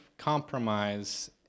compromise